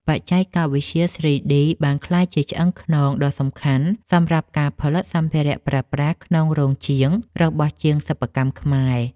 បច្ចេកវិទ្យា 3D បានក្លាយជាឆ្អឹងខ្នងដ៏សំខាន់សម្រាប់ការផលិតសម្ភារៈប្រើប្រាស់ក្នុងរោងជាងរបស់ជាងសិប្បកម្មខ្មែរ។